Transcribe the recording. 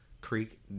creek